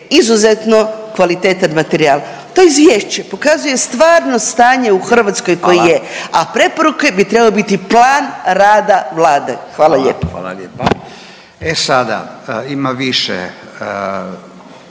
izuzetno kvalitetan materijal, to izvješće pokazuje stvarno stanje u Hrvatskoj koje je…/Upadica Radin: Hvala/…a preporuke bi trebalo biti plan rada Vlade, hvala lijepo. **Radin, Furio